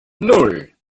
nan